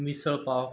मिस्रळ पाव